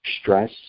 stress